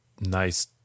nice